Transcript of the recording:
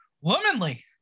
womanly